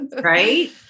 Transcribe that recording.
Right